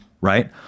Right